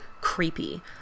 creepy